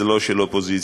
זה לא של אופוזיציה,